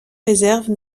réserves